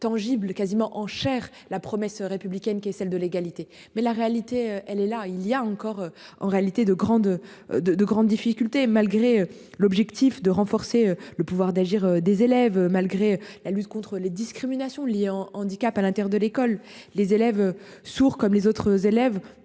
tangible quasiment en la promesse républicaine qui est celle de l'égalité mais la réalité elle est là, il y a encore en réalité de grande. De grande difficultés malgré l'objectif de renforcer le pouvoir d'agir des élèves malgré la lutte contre les discriminations liées handicap à l'intérieur de l'école, les élèves sourds comme les autres élèves